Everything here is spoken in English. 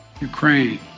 Ukraine